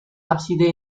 ábside